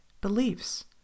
beliefs